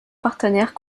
partenaires